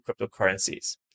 cryptocurrencies